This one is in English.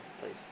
please